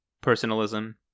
Personalism